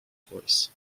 voice